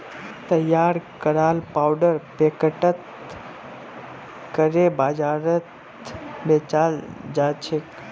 तैयार कराल पाउडर पैकेटत करे बाजारत बेचाल जाछेक